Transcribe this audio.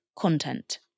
content